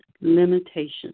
limitations